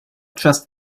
just